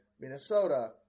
Minnesota